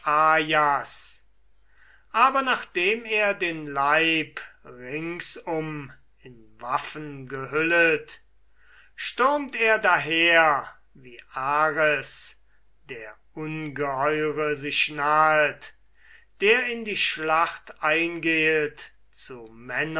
aber nachdem er den leib ringsum in waffen gehüllet stürmt er daher wie ares der ungeheure sich nahet der in die schlacht eingehet zu